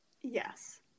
Yes